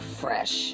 fresh